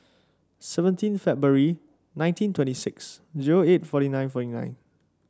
seventeen February nineteen twenty six zero eight forty nine forty nine